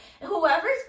whoever's